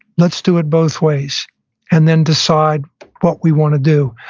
let's do it both ways and then decide what we want to do.